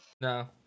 No